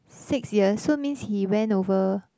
six years so means he went over